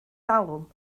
talwm